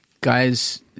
guys